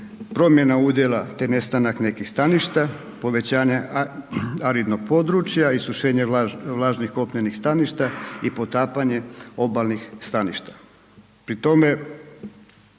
promjena udjela te nestanak nekih staništa, povećanja aridnog područja, isušenje vlažnih kopnenih staništa i potapanje obalnih staništa.